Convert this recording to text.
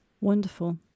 Wonderful